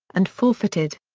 and forfeited.